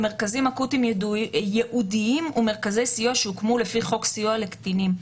במרכזים אקוטיים ייעודיים ומרכזי סיוע שהוקמו לפי חוק סיוע לקטינים.